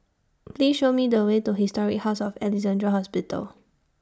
Please Show Me The Way to Historic House of Alexandra Hospital